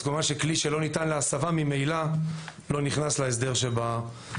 אז כמובן שכלי שלא ניתן להסבה ממילא לא נכנס להסדר שבחוק.